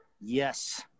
Yes